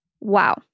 Wow